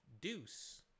deuce